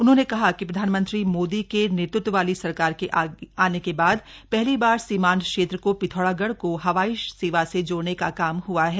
उन्होंने कहा कि प्रधानमंत्री मोदी के नेतृत्व वाली सरकार के आने के बाद पहली बार सीमांत क्षेत्र को पिथौरागढ़ को हवाई सेवा से जोड़ने का काम हुआ है